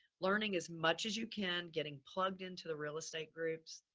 learning as much as you can, getting plugged into the real estate groups,